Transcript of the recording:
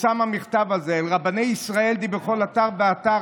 והמכתב הזה פורסם: אל רבני ישראל די בכל אתר ואתר,